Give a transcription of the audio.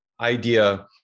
idea